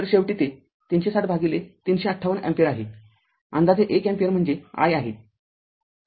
तर शेवटी ते ३६० भागिले ३५८ अँपिअर आहे अंदाजे १ अँपिअर म्हणजे i आहे